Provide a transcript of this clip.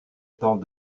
temps